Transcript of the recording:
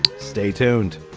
stay tuned